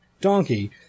donkey